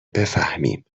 بفهمیم